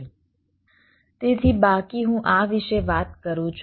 તેથી બાકી હું આ વિશે વાત કરું છું